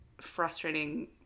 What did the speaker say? frustrating